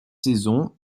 saison